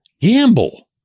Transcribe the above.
gamble